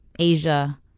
Asia